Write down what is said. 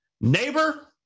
neighbor